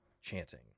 chanting